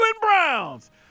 Browns